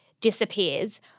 disappears